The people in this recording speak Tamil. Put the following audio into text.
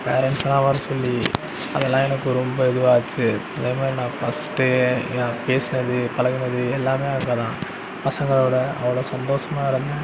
பேரன்ட்சுலான் வர சொல்லி அதெலாம் எனக்கு ரொம்ப இதுவாச்சு அதேமாரி நான் ஃபஸ்ட்டு பேசினது பழகினது எல்லாமே அங்கேதான் பசங்களோடு அவ்வளோ சந்தோஷமாகருந்தேன்